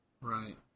Right